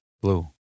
blue